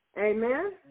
Amen